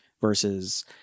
Versus